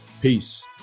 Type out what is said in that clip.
Peace